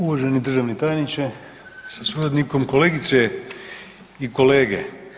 Uvaženi državni tajnike sa suradnikom, kolegice i kolege.